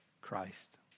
Christ